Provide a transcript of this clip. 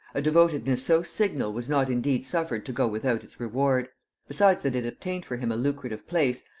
a devotedness so signal was not indeed suffered to go without its reward besides that it obtained for him a lucrative place,